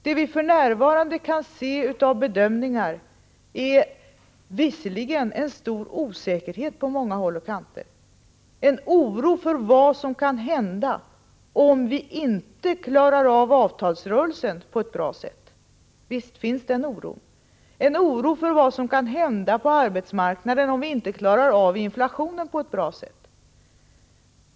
Vi kan för närvarande se av bedömningar att det råder en stor osäkerhet på många håll och kanter, en oro för vad som kan hända om vi inte klarar av avtalsrörelsen på ett bra sätt. Och visst finns det en oro för vad som kan hända på arbetsmarknaden om vi inte klarar av inflationen på ett bra sätt.